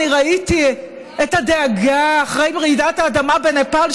אני ראיתי את הדאגה אחרי רעידת האדמה בנפאל,